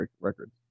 records